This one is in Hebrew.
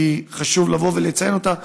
חשוב לבוא ולציין את הנקודה הזאת,